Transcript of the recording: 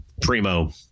primo